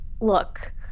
Look